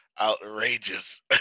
outrageous